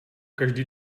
každý